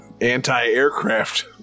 anti-aircraft